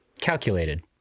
Calculated